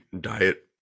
diet